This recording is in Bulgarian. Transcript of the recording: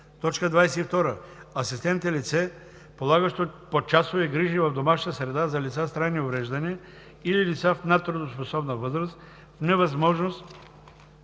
22. „Асистент“ е лице, полагащо почасови грижи в домашна среда за лица с трайни увреждания или лица в надтрудоспособна възраст в невъзможност